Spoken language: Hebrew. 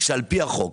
שלפי החוק